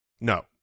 No